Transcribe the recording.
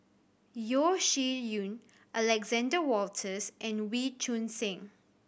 Yeo Shih Yun Alexander Wolters and Wee Choon Seng